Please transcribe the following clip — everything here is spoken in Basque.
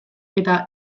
eta